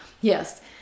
Yes